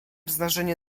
zdarzenie